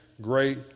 great